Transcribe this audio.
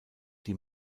die